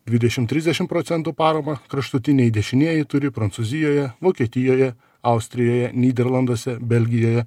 dvidešimt trisdešimt procentų paramą kraštutiniai dešinieji turi prancūzijoje vokietijoje austrijoje nyderlanduose belgijoje